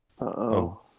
Uh-oh